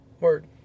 Word